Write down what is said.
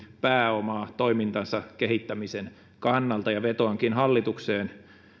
pääomaa toimintansa kehittämisen kannalta vetoankin hallitukseen